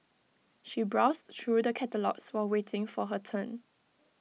she browsed through the catalogues while waiting for her turn